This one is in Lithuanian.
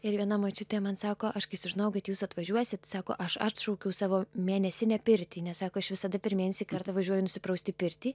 ir viena močiutė man sako aš kai sužinojau kad jūs atvažiuosit sako aš atšaukiau savo mėnesinę pirtį nes sako aš visada per mėnesį kartą važiuoju nusiprausti į pirtį